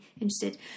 interested